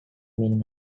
meaning